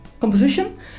composition